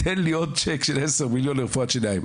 תן לי עוד צ'ק של 10 מיליון שקל לרפואת שיניים.